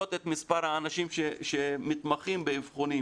להעלות את מספר האנשים שמתמחים באבחונים